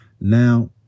Now